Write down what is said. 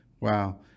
Wow